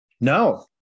No